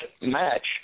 match